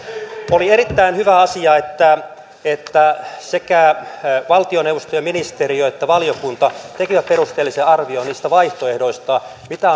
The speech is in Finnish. oli erittäin hyvä asia että että sekä valtioneuvosto ja ministeriöt että valiokunta tekivät perusteellisen arvion niistä vaihtoehdoista mitä